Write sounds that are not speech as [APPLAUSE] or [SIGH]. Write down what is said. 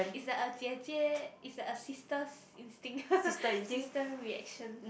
it's like a 姐姐 it's like a sister's instinct [LAUGHS] sister reaction